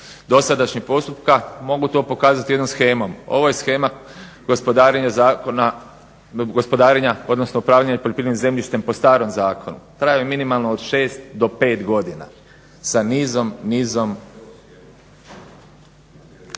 dosadašnjeg postupka mogu to pokazati jednom shemom. Ovo je shema gospodarenja, odnosno upravljanja poljoprivrednim zemljištem po starom zakonu. Trajalo je minimalno od 6 do 5 godina sa nizom. Ovo